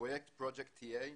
פרויקט פרוג'ט טי.א.